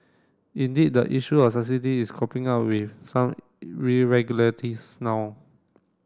indeed the issue of subsidies is cropping up with some regularities now